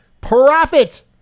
profit